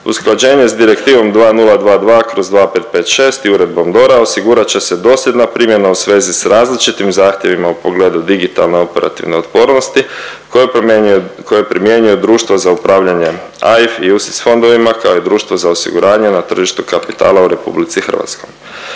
Usklađenje s Direktivom 2022/2556 i Uredbom DORA osigurat će se dosljedna primjena u svezi s različitim zahtjevima u pogledu digitalne operativne otpornosti koju primjenjuje, koju primjenjuju društva za upravljanje AIF i UCITS fondovima, kao i društva za osiguranje na tržištu kapitala u RH.